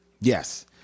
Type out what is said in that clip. Yes